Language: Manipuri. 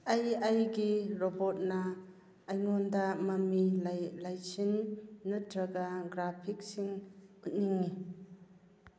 ꯑꯩ ꯑꯩꯒꯤ ꯔꯣꯕꯣꯠꯅ ꯑꯩꯉꯣꯟꯗ ꯃꯃꯤ ꯂꯩꯁꯤꯟ ꯅꯠꯇ꯭ꯔꯒ ꯒ꯭ꯔꯥꯐꯤꯛꯁꯤꯡ ꯎꯠꯅꯤꯡꯏ